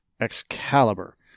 Excalibur